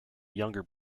younger